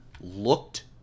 looked